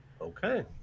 Okay